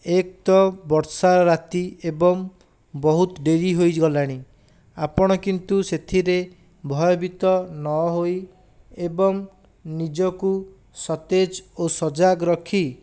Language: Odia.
ଏକ ତ ବର୍ଷା ରାତି ଏବଂ ବହୁତ ଡେରି ହୋଇଗଲାଣି ଆପଣ କିନ୍ତୁ ସେଥିରେ ଭୟବିତ ନହୋଇ ଏବଂ ନିଜକୁ ସତେଜ ଓ ସଜାଗ ରଖି